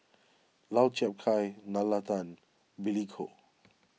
Lau Chiap Khai Nalla Tan Billy Koh